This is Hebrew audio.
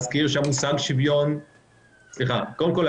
קודם כול,